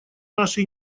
наши